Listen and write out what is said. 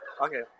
Okay